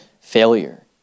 failure